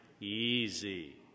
easy